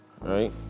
right